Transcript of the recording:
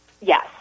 Yes